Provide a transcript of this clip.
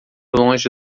longe